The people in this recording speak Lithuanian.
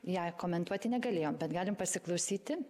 ją komentuoti negalėjo bet galim pasiklausyti